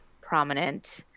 prominent